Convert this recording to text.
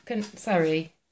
sorry